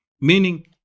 meaning